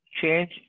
change